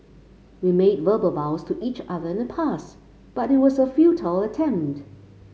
we made verbal vows to each other in the past but it was a futile attempt